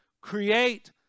create